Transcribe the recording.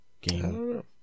game